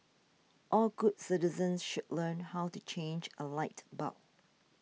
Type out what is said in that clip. all good citizens should learn how to change a light bulb